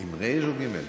עם רי"ש או גימ"ל?